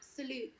absolute